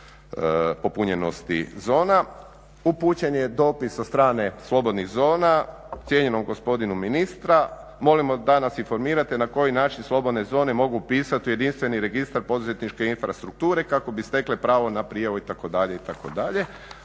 popunjenosti zona. Upućen je dopis od strane slobodnih zona cijenjenom gospodinu ministru, molimo da nas informirate na koji način slobodne zone mogu pisati u jedinstveni registar poduzetničke infrastrukture kako bi stekle pravo na prijavu itd.,